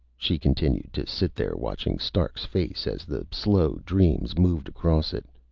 she continued to sit there, watching stark's face as the slow dreams moved across it.